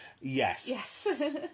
Yes